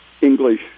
English